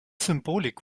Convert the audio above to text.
symbolik